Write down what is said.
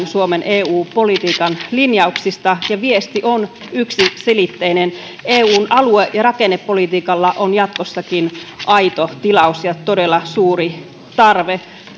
suomen eu politiikan linjauksista ja viesti on yksiselitteinen eun alue ja rakennepolitiikalla on jatkossakin aito tilaus ja todella suuri tarve